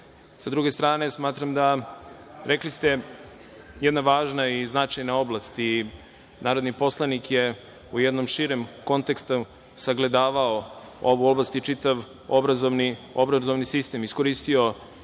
sa druge strane, rekli ste jedna važna i značajna oblasti, narodni poslanik je u jednom širem kontekstu sagledavao ovu oblast i čitav obrazovni sistem, iskoristio